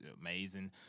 amazing